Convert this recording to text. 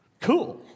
Cool